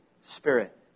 spirit